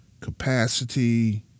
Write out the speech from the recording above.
capacity